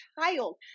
child